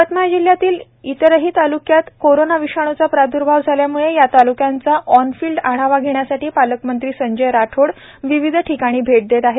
यवतमाळ जिल्ह्यातील इतरही तालुक्यात कोरोना विषाण्चा प्राद्र्भाव झाल्याम्ळे या ताल्क्यांचा ऑनफिल्ड आढावा घेण्यासाठी पालकमंत्री संजय राठोड विविध ठिकाणी भेट देत आहे